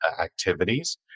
activities